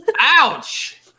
Ouch